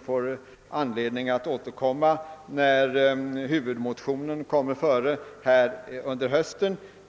får vi anledning att återkomma till detta ärende när huvudmotionen kommer före under hösten.